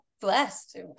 blessed